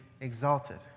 exalted